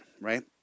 right